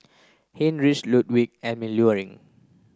Heinrich Ludwig Emil Luering